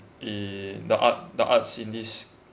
in the art the arts in this